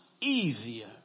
easier